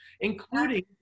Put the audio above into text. including